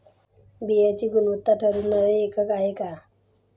बियाणांची गुणवत्ता ठरवणारे एकक आहे का?